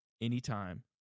anytime